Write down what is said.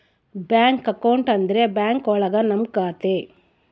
bank account ಅಂದ್ರೆ bank ಒಳಗ ನಮ್ ಖಾತೆ